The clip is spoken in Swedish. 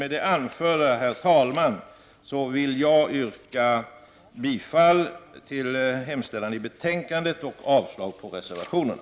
Med det anförda, herr talman, yrkar jag bifall till hemställan i betänkandet och avslag på reservationerna.